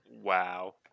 Wow